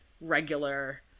Regular